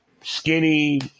skinny